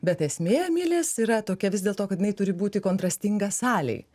bet esmė milės yra tokia vis dėlto kad jinai turi būti kontrastinga salei